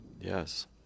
Yes